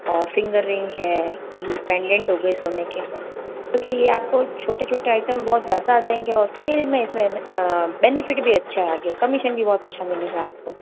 और finger ring है यह पेंडेंट हो गए सोने के क्योंकि यह आपको छोटे छोटे आइटम बहुत ज़्यादा आ जाएंगे और बेनिफिट भी अच्छा है आगे कमीशन भी बहुत अच्छा मिलेगा आपको